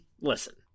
listen